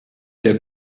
der